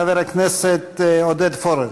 חבר הכנסת עודד פורר.